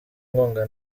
inkunga